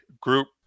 group